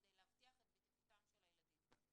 כדי להבטיח את בטיחותם של הילדים,